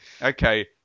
Okay